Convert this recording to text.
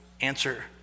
answer